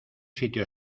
sitio